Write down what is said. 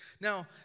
Now